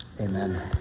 Amen